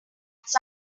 cats